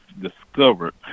discovered